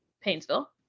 Painesville